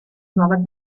nuova